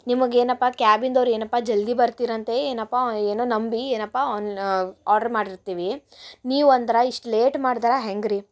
ನಿಮಗ್ ಏನಪ್ಪಾ ಕ್ಯಾಬ್ಯಿಂದ್ ಅವ್ರ್ ಏನಪ್ಪ ಜಲ್ದಿ ಬರ್ತಿರ್ ಅಂತೇ ಏನಪ್ಪ ಏನೋ ನಂಬಿ ಏನಪ್ಪ ಆನ್ ಆರ್ಡ್ರ್ ಮಾಡಿರ್ತೀವಿ ನೀವು ಅಂದ್ರೆ ಇಷ್ಟು ಲೇಟ್ ಮಾಡಿದ್ರ ಹೆಂಗ್ರೀ